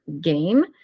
game